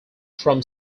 from